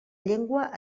llengua